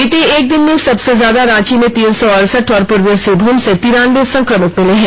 बीते एक दिन में सबसे ज्यादा रांची से तीन सौ अड़सठ और पूर्वी सिंहभूम से तिरान्बे संक्रमित मिले हैं